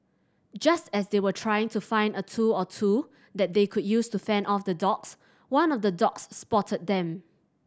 just as they were trying to find a tool or two that they could use to fend off the dogs one of the dogs spotted them